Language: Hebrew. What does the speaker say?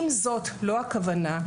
אם זאת לא הכוונה,